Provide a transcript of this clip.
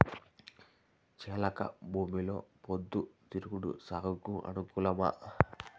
చెలక భూమిలో పొద్దు తిరుగుడు సాగుకు అనుకూలమా?